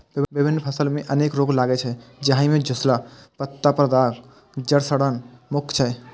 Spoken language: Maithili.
विभिन्न फसल मे अनेक रोग लागै छै, जाहि मे झुलसा, पत्ता पर दाग, धड़ सड़न मुख्य छै